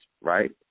right